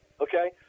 Okay